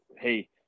hey